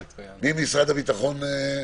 שלום.